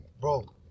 Bro